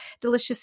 delicious